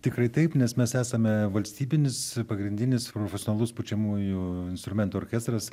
tikrai taip nes mes esame valstybinis pagrindinis profesionalus pučiamųjų instrumentų orkestras